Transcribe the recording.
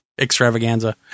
extravaganza